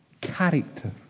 character